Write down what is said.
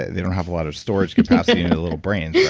they don't have a lot of storage capacity and a little brain, right?